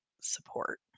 support